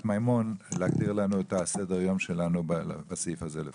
מימון להגדיר לנו את סדר היום שלנו בסעיף הזה.